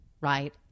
right